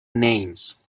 names